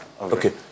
okay